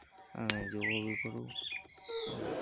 ଯୋଗ ବି କରୁ ଆଉ